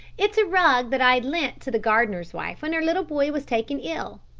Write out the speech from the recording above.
it is a rug that i lent to the gardener's wife when her little boy was taken ill.